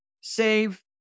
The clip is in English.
save